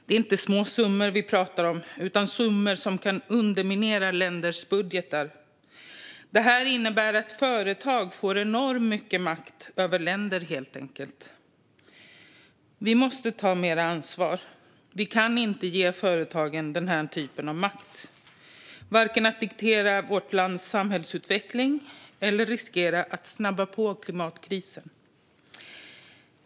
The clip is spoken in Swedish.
Det är inte små summor vi pratar om utan summor som kan underminera länders budgetar. Det här innebär att företag får enormt mycket makt över länder. Vi måste ta mer ansvar. Vi kan inte ge företagen den här typen av makt, varken att diktera vårt lands samhällsutveckling eller att riskera att snabba på klimatkrisen.